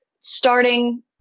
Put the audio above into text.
starting